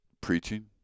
preaching